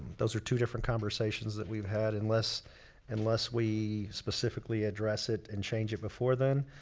those are two different conversations that we've had. unless unless we specifically address it and change it before then,